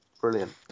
brilliant